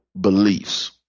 beliefs